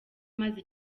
maze